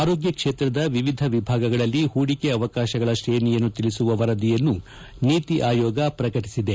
ಆರೋಗ್ಯ ಕ್ಷೇತ್ರದಲ್ಲಿ ವಿವಿಧ ವಿಭಾಗಗಳಲ್ಲಿ ಹೂಡಿಕೆ ಅವಕಾಶಗಳ ಶ್ರೇಣಿಯನ್ನು ತಿಳಿಸುವ ವರದಿಯನ್ನು ನೀತಿ ಆಯೋಗ ಪ್ರಕಟಿಸಿದೆ